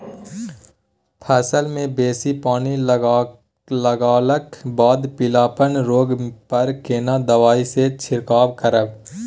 फसल मे बेसी पानी लागलाक बाद पीलापन रोग पर केना दबाई से छिरकाव करब?